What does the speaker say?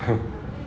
!huh!